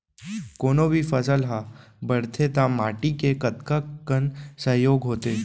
कोनो भी फसल हा बड़थे ता माटी के कतका कन सहयोग होथे?